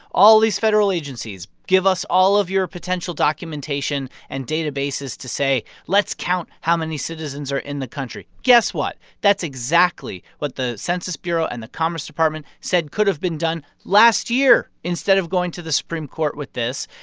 all these federal agencies, give us all of your potential documentation and databases to say, let's count how many citizens are in the country. guess what? that's exactly what the census bureau and the commerce department said could've been done last year instead of going to the supreme court with this.